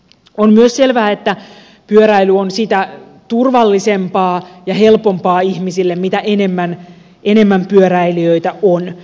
on myös selvää että pyöräily on sitä turvallisempaa ja helpompaa ihmisille mitä enemmän pyöräilijöitä on